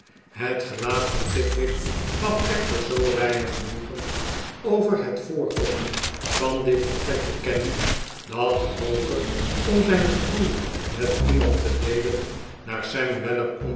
het gelaat van pickwick gaf echter zoo weinig genoegen over het voorkomen van dit vertrek te kennen dat roker om zijn gevoel met iemand te deelen naar sam